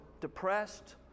depressed